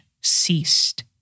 ceased